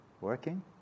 working